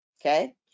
okay